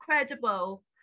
incredible